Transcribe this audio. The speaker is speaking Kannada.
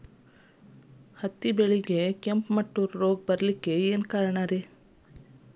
ಹತ್ತಿ ಬೆಳೆಗೆ ಕೆಂಪು ಮುಟೂರು ರೋಗ ಬರಲು ಕಾರಣ?